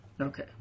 Okay